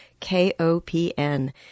KOPN